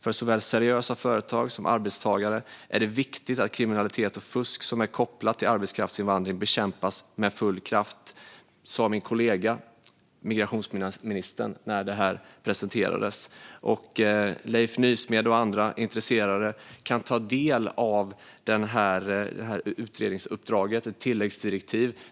För såväl seriösa företag som arbetstagare är det viktigt att kriminalitet och fusk som är kopplad till arbetskraftsinvandring bekämpas med full kraft, som min kollega migrationsministern sa när detta presenterades. Leif Nysmed och andra intresserade kan ta del av detta tilläggsdirektiv.